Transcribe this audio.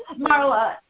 Marla